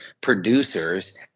producers